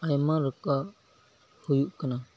ᱟᱭᱢᱟ ᱨᱚᱠᱚᱢ ᱦᱩᱭᱩᱜ ᱠᱟᱱᱟ